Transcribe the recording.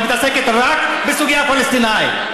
את מתעסקת רק בסוגיה הפלסטינית.